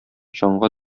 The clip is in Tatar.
җанга